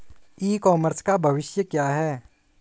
ई commerce का भविष्य क्या है?